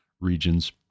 regions